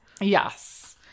yes